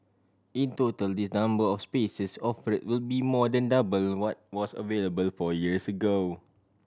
in total this number of spaces offered will be more than double what was available four years ago